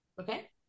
Okay